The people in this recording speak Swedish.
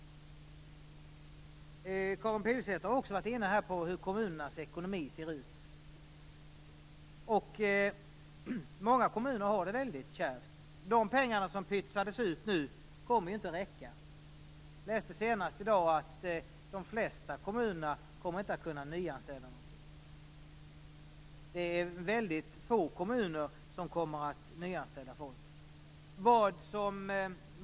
Karin Pilsäter har varit inne på hur kommunernas ekonomi ser ut. Många kommuner har det väldigt kärvt. De pengar som har pytsats ut kommer inte att räcka. Jag läste senast i dag att de flesta kommuner inte kommer att kunna nyanställa. Det är väldigt få kommuner som kommer att nyanställa folk.